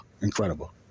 Incredible